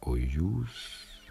o jūs